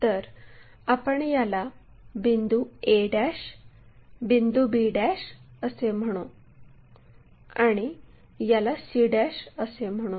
तर आपण याला बिंदू a बिंदू b असे म्हणू आणि याला c असे म्हणू